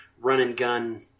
run-and-gun